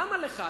למה לך?